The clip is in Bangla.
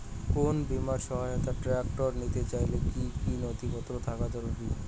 কোন বিমার সহায়তায় ট্রাক্টর নিতে চাইলে কী কী নথিপত্র থাকা জরুরি?